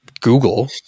Google